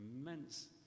Immense